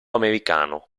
americano